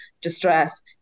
distress